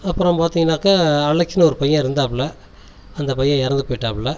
அப்புறம் பார்த்தீங்கன்னாக்கா அலெக்ஸ் ஒரு பையன் இருந்தாப்புள்ள அந்த பையன் இறந்து போயிட்டாப்புள்ள